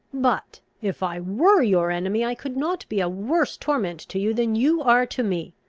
but, if i were your enemy, i could not be a worse torment to you than you are to me.